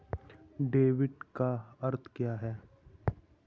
Debit का अर्थ क्या है?